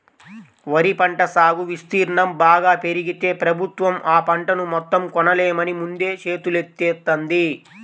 వరి పంట సాగు విస్తీర్ణం బాగా పెరిగితే ప్రభుత్వం ఆ పంటను మొత్తం కొనలేమని ముందే చేతులెత్తేత్తంది